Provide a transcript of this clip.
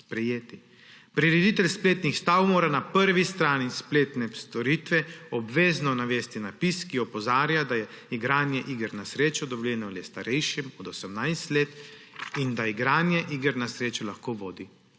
Prireditelj spletnih stav mora na prvi strani spletne storitve obvezno navesti napis, ki opozarja, da je igranje iger na srečo dovoljeno le starejšim od 18 let in da igranje iger na srečo lahko vodi